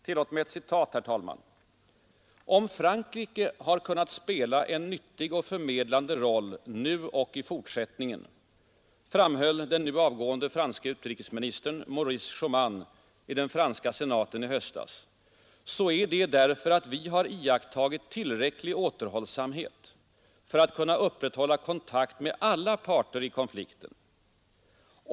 Tillåt mig ett citat, herr talman: ”Om Frankrike har kunnat spela en nyttig och förmedlande roll nu och i fortsättningen” — framhöll den nu avgående franske utrikesministern Maurice Schumann i den franska senaten i höstas — ”så är det därför att vi iakttagit tillräcklig återhållsamhet för att kunna upprätthålla kontakt med alla parter i konflikten.